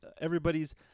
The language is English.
everybody's